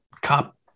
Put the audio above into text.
cop